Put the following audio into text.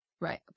Right